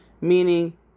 meaning